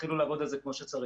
תתחילו לעבוד על זה כמו שצריך.